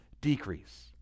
Decrease